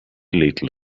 little